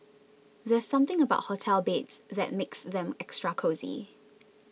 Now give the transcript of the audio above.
there's something about hotel beds that makes them extra cosy